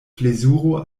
plezuro